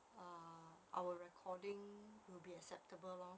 uh our recording would be acceptable lor